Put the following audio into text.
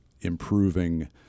improving